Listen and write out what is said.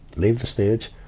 leave the stage,